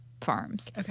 Farms